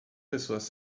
pessoas